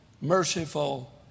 merciful